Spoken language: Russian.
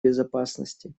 безопасности